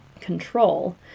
control